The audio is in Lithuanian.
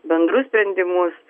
bendrus sprendimus